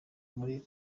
muri